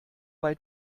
bei